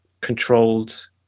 controlled